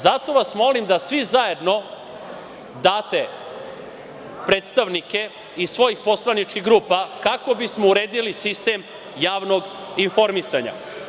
Zato vas molim da svi zajedno date predstavnike iz svojih poslaničkih grupa, kako bismo uredili sistem javnog informisanja.